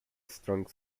strong